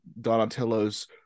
Donatello's